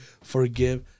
Forgive